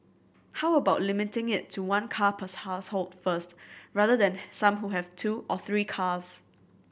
how about limiting it to one car per household first rather than some who have two or three cars